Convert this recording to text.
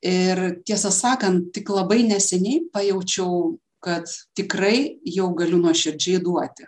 ir tiesą sakan tik labai neseniai pajaučiau kad tikrai jau galiu nuoširdžiai duoti